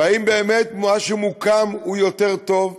האם באמת מה שמוקם הוא יותר טוב?